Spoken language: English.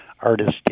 artist